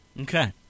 Okay